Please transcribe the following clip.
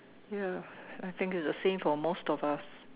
ya I think it's the same for most of us